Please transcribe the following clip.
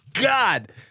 God